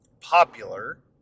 popular